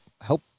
help